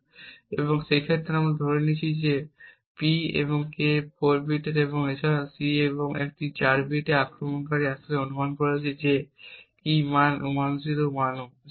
সুতরাং এই ক্ষেত্রে আমরা ধরে নিচ্ছি যে P এবং K 4 বিটের এবং এছাড়াও C একটি 4 বিট এবং আক্রমণকারী আসলে অনুমান করেছে যে কী মান 1010